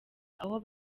aho